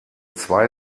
zwei